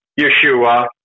Yeshua